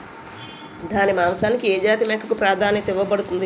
దాని మాంసానికి ఏ జాతి మేకకు ప్రాధాన్యత ఇవ్వబడుతుంది?